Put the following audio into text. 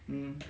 um